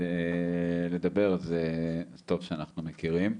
לנו לדבר אז טוב שאנחנו מכירים.